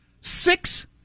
six